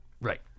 right